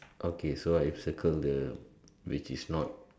okay so I circle the which is not